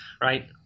right